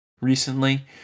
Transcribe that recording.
recently